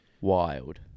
Wild